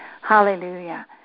hallelujah